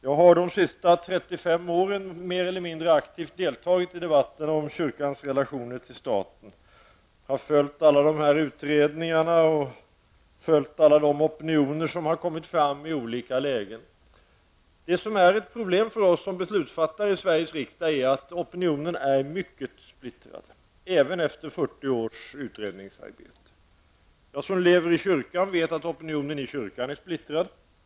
Jag har under de senaste 35 åren mer eller mindre aktivt deltagit i debatter om kyrkans relationer till staten. Jag har följt alla utredningar och alla de opinioner som har kommit fram i olika lägen. Det som är ett problem för oss som beslutsfattare i Sveriges riksdag är att opinionen är mycket splittrad, även efter 40 års utredningsarbete. Jag som lever i kyrkan vet att opinionen i kyrkan är splittrad.